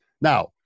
Now